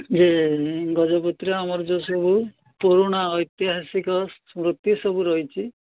ଯେ ଗଜପତି ଆମର ଯେଉଁ ସବୁ ପୁରୁଣା ଐତିହାସିକ ସ୍ମୃତି ସବୁ ରହିଛି